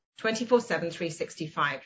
24-7-365